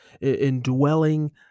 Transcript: indwelling